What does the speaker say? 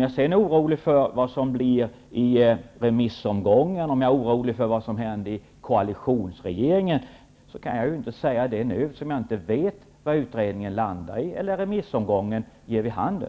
jag sedan är orolig för vad som händer i remissomgången och för vad som kan hända i koalitionsregeringen kan jag inte svara på nu, eftersom jag inte vet var utredningen landar eller vad remissomgången ger vid handen.